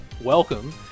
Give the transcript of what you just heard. Welcome